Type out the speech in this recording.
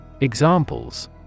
Examples